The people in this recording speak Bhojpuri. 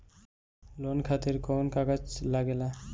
लोन खातिर कौन कागज लागेला?